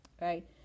Right